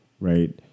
right